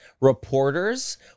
reporters